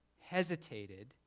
hesitated